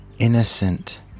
Innocent